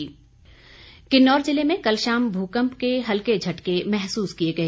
भुकंप किन्नौर जिले में कल शाम भूकंप के हल्के झटके महसूस किए गए